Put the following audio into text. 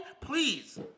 please